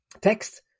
text